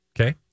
Okay